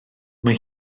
mae